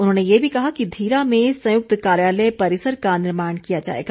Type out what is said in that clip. उन्होंने ये भी कहा कि धीरा में संयुक्त कार्यालय परिसर का निर्माण किया जाएगा